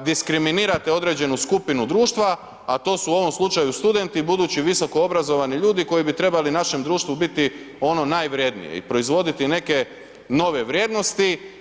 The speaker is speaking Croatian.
diskriminirate određenu skupinu društva a to su u ovom slučaju studenti, budući visokoobrazovani ljudi koji bi trebali našem društvu biti ono najvrjednije i proizvoditi neke nove vrijednosti.